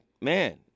man